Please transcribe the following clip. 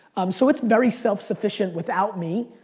um so it's very self-sufficient without me.